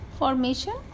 Formation